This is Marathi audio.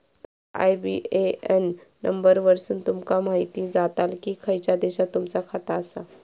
तुमच्या आय.बी.ए.एन नंबर वरसुन तुमका म्हायती जाताला की खयच्या देशात तुमचा खाता आसा